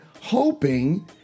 hoping